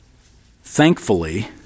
thankfully